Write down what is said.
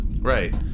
Right